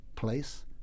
place